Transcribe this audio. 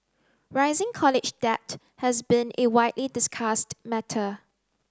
rising college debt has been a widely discussed matter